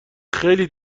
خیلی